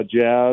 Jazz